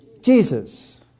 jesus